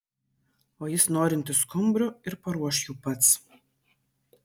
o jis norintis skumbrių ir paruoš jų pats